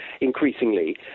increasingly